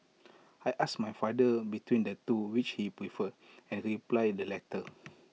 I asked my father between the two which he preferred and he replied the latter